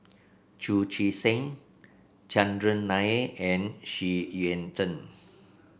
Chu Chee Seng Chandran Nair and Xu Yuan Zhen